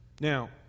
Now